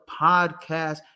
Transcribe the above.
podcast